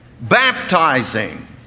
baptizing